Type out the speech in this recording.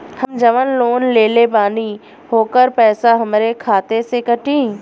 हम जवन लोन लेले बानी होकर पैसा हमरे खाते से कटी?